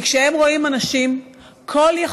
כי כשהם רואים אנשים כל-יכולים,